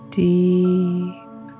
deep